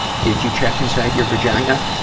did you check inside your vagina?